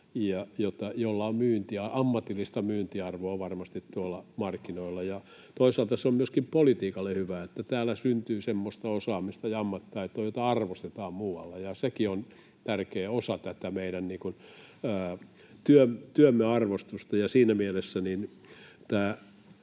jolla on ammatillista myyntiarvoa varmasti tuolla markkinoilla. Toisaalta se on myöskin politiikalle hyvä, että täällä syntyy semmoista osaamista ja ammattitaitoa, jota arvostetaan muualla, ja sekin on tärkeä osa tätä meidän työmme arvostusta. Siinä mielessä tätä